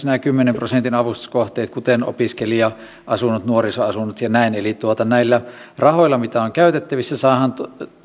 nämä kymmenen prosentin avustuskohteet kuten opiskelija asunnot nuorisoasunnot ja näin eli näillä rahoilla mitä on käytettävissä saadaan